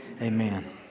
Amen